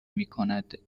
میکند